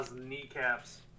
kneecaps